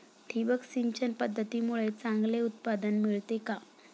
ठिबक सिंचन पद्धतीमुळे चांगले उत्पादन मिळते का?